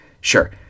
sure